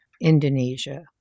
Indonesia